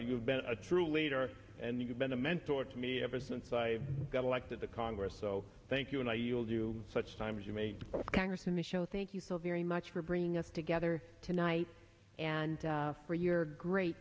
you've been a true leader and you've been a mentor to me ever since i got elected to congress so thank you and i you will do such time as you may congress in the show thank you so very much for bringing us together tonight and for your great